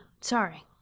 sorry